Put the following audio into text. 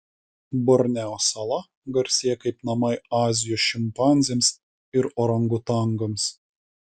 borneo sala garsėja kaip namai azijos šimpanzėms ir orangutangams